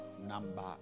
number